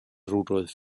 rudolf